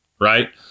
right